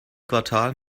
quartal